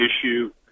issue